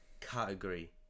category